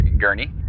Gurney